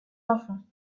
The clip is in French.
enfants